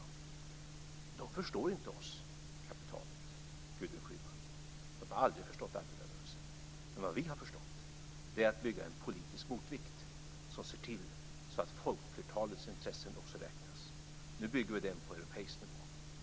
Kapitalet förstår oss inte, Gudrun Schyman. Det har aldrig förstått arbetarrörelsen. Men vad vi har förstått är att bygga en politisk motvikt som ser till att folkflertalets intressen också räknas. Nu bygger vi den på europeisk nivå.